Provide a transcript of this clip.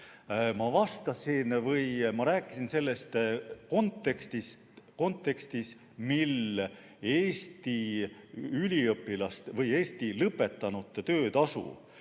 Ma vastasin või ma rääkisin sellest kontekstis, et Eesti üliõpilaste või Eesti elanikest lõpetanute töötasu